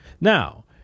Now